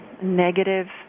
negative